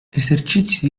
esercizi